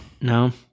No